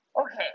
okay